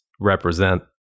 represent